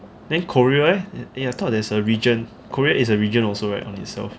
then korea eh I thought there's a region korea is a region also right on itself